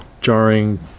jarring